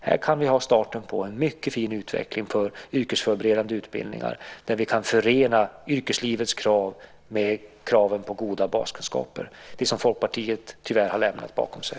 Här kan vi ha starten på en mycket fin utveckling för yrkesförberedande utbildningar där vi kan förena yrkeslivets krav med kraven på goda baskunskaper, det som Folkpartiet tyvärr har lämnat bakom sig.